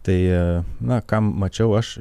tai na ką mačiau aš